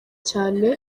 cyane